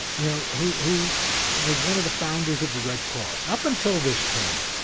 but you know, who who was one of the founders of the red cross. up until this point,